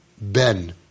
Ben